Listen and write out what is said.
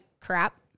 crap